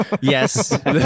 Yes